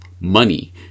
money